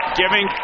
giving